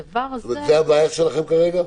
זאת אומרת, זו הבעיה שלכם כרגע?